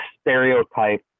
stereotype